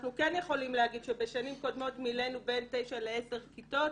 אנחנו כן יכולים להגיד שבשנים קודמות מילאנו בין תשע לעשר כיתות.